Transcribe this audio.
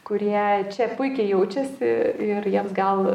kurie čia puikiai jaučiasi ir jiems gal